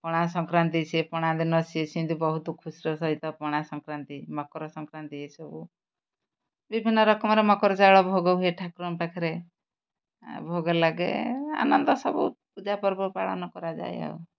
ପଣା ସଂକ୍ରାନ୍ତି ସେ ପଣା ଦିନ ସିଏ ସେମିତି ବହୁତ ଖୁସିର ସହିତ ପଣା ସଂକ୍ରାନ୍ତି ମକର ସଂକ୍ରାନ୍ତି ଏସବୁ ବିଭିନ୍ନ ରକମରେ ମକର ଚାଉଳ ଭୋଗ ହୁଏ ଠାକୁରଙ୍କ ପାଖରେ ଭୋଗ ଲାଗେ ଆନନ୍ଦ ସବୁ ପୂଜା ପର୍ବ ପାଳନ କରାଯାଏ ଆଉ